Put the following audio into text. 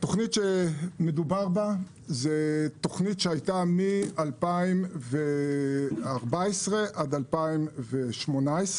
התוכנית שמדובר בה היא תוכנית שהייתה מ-2014 עד 2018,